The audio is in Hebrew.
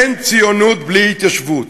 אין ציונות בלי התיישבות,